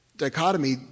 dichotomy